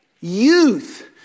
Youth